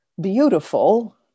beautiful